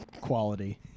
quality